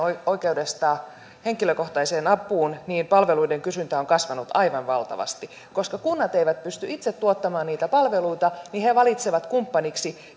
oikeudesta henkilökohtaiseen apuun niin palveluiden kysyntä kasvoi aivan valtavasti koska kunnat eivät pysty itse tuottamaan niitä palveluita niin he valitsevat kumppaniksi